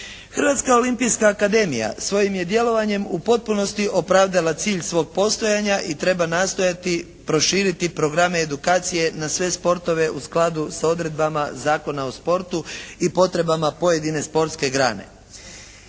Hrvatska olimpijska akademija svojim je djelovanjem u potpunosti opravdala cilj svog postojanja i treba nastojati proširiti programe edukacije na sve sportove u skladu sa odredbama Zakona o sportu i potrebama pojedine sportske grane.